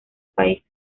país